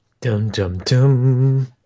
Dum-dum-dum